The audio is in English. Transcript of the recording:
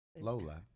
Lola